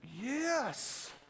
yes